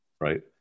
Right